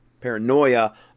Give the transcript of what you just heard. paranoia